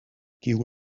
kiu